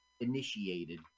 initiated